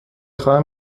خواهم